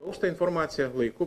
gaus tą informaciją laiku